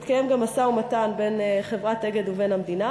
מתקיים גם משא-ומתן בין חברת "אגד" ובין המדינה.